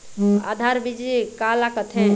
आधार बीज का ला कथें?